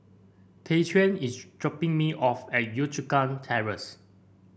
Tyquan is dropping me off at Yio Chu Kang Terrace